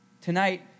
Tonight